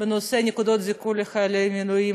בנושא נקודות זיכוי לחיילי מילואים,